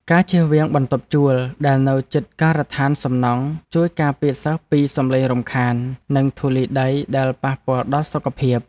ការជៀសវាងបន្ទប់ជួលដែលនៅជិតការដ្ឋានសំណង់ជួយការពារសិស្សពីសំឡេងរំខាន និងធូលីដីដែលប៉ះពាល់ដល់សុខភាព។